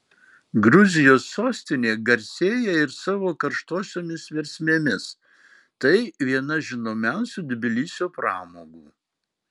gruzijos sostinė garsėja ir savo karštosiomis versmėmis tai viena žinomiausių tbilisio pramogų